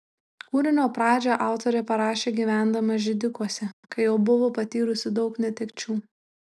kūrinio pradžią autorė parašė gyvendama židikuose kai jau buvo patyrusi daug netekčių